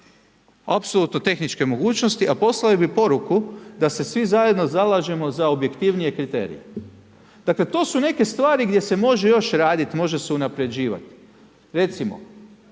apsolutno tehničke mogućnosti, poslale bi poruku da se svi zajedno zalažemo za objektivnije kriterije. Dakle to su neke stvari gdje se može još radit, može se unaprjeđivat. Recimo